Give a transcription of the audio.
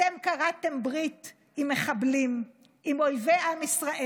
אתם כרתם ברית עם מחבלים, עם אויבי עם ישראל.